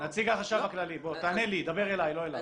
נציג החשב הכללי, תענה לי, דבר אליי, לא אליו.